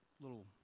little